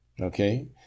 Okay